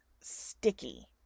sticky